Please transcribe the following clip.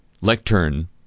lectern